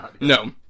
No